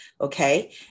Okay